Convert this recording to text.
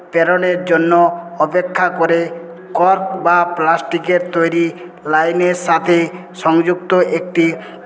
প্রেরণের জন্য অপেক্ষা করে কর্ক বা প্লাস্টিকের তৈরি লাইনের সাথে সংযুক্ত একটি